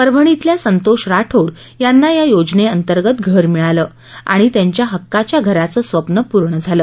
परभणीतल्या संतोष राठोड यांना या योजनेअंतर्गत घर मिळालं आणि त्यांच्या हक्काच्या घराचं स्वप्न पूर्ण झालं